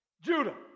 Judah